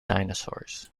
dinosaurs